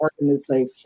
organization